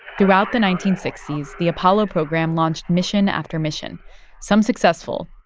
throughout the nineteen sixty s, the apollo program launched mission after mission some successful,